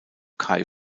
kai